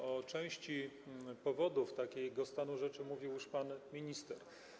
O części powodów takiego stanu rzeczy mówił już pan minister.